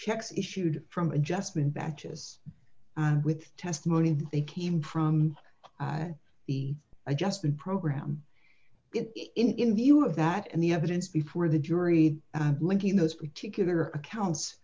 checks issued from adjustment bachus with testimony they came from the adjustment program in view of that and the evidence before the jury linking those particular accounts